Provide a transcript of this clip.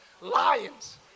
lions